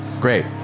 Great